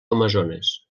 amazones